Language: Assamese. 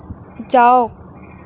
যাওক